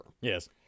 Yes